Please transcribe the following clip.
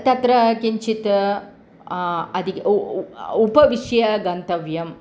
तत्र किञ्चित् अधिकम् उ उ उपविश्य गन्तव्यम्